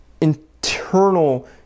internal